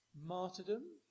martyrdom